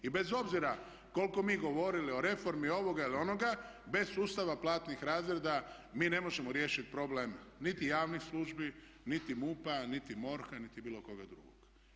I bez obzira koliko mi govorili o reformi ovoga ili onoga, bez sustava platnih razreda mi ne možemo riješiti problem niti javnih službi, niti MUP-a, niti MORH-a niti bilo koga drugog.